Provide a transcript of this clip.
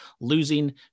losing